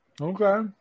Okay